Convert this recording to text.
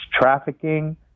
trafficking